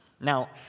Now